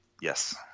Yes